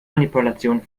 manipulation